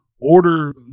order